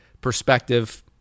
perspective